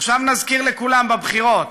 עכשיו, נזכיר לכולם, בבחירות